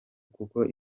kuko